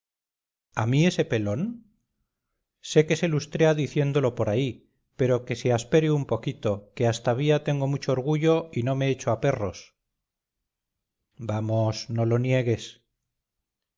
a mí ese pelón sé que se lustrea diciéndolo por ahí pero que se aspere un poquito que astavía tengo mucho orgullo y no me echo a perros vamos no lo niegues